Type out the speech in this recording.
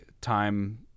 time